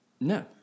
No